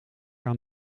aan